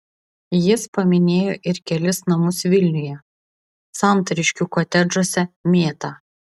jis paminėjo ir kelis namus vilniuje santariškių kotedžuose mėta